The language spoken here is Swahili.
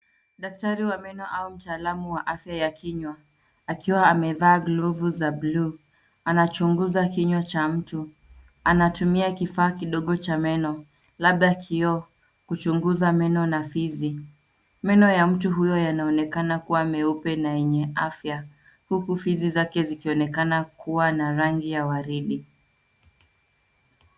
Daktari wa meno au mtaalamu wa afya ya kinywa, akiwa amevaa glavu za buluu. Anachunguza kinywa cha mtu. Anatumia kifaa kidogo cha meno labda kio kuchunguza meno na fizi. Meno ya mtu huyo yanaonekana kuwa meupe na yenye afya, huku fizi zake zikionekana kuwa na rangi ya waridi.